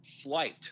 flight